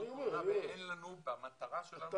כוונה ואין לנו במטרה שלנו --- אז אני אומר,